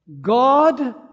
God